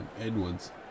Edwards